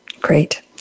Great